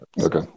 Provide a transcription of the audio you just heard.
Okay